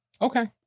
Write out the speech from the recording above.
okay